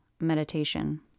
meditation